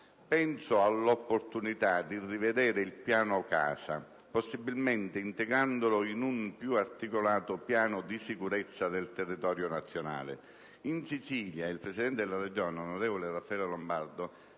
Penso all'opportunità di rivedere il piano casa possibilmente integrandolo in un più articolato piano di sicurezza del territorio nazionale. In Sicilia il Presidente della Regione, onorevole Raffaele Lombardo,